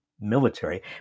Military